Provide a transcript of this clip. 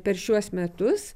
per šiuos metus